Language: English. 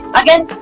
again